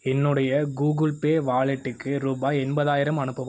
என்னுடைய Google Pay வாலெட்டுக்கு ரூபாய் எண்பதாயிரம் அனுப்பவும்